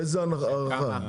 איזה הארכה?